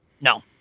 No